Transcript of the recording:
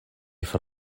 for